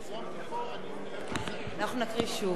בעד אנחנו נקריא שוב.